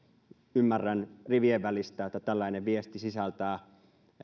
ymmärrän rivien välistä että tällainen viesti sisältää